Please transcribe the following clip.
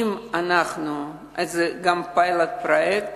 וגם פרויקט פיילוט.